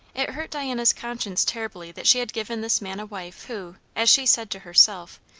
it hurt diana's conscience terribly that she had given this man a wife who, as she said to herself,